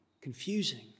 confusing